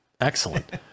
excellent